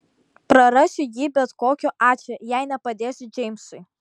prarasiu jį bet kokiu atveju jei nepadėsiu džeimsui